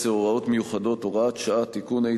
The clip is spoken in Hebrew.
2010 (הוראות מיוחדות) (הוראת שעה) (תיקון),